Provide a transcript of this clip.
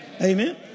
Amen